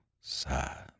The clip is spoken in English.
sad